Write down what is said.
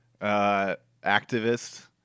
activist